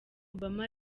obama